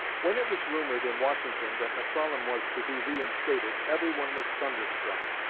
when it was rumored in washington that mcclellan was to be reinstated, everyone was thunderstruck.